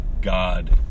God